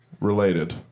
Related